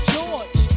George